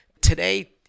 Today